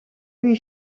lui